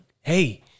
Hey